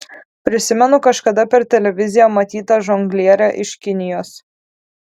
prisimenu kažkada per televiziją matytą žonglierę iš kinijos